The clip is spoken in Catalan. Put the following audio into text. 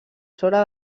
sobre